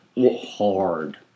hard